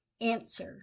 Answer